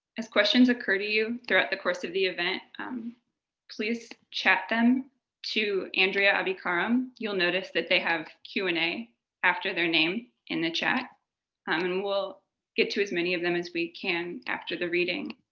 as questions occur to you throughout the course of the event um please chat them to andrea ani-karam, you'll notice that they have q and a after their name in the chat um and we'll get to as many of them as we can after the reading.